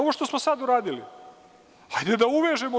Ovo što smo sad uradili, hajde da uvežemo to.